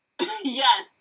Yes